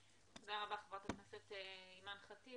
תודה רבה חברת הכנסת אימאן ח'טיב.